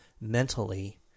mentally